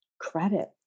credit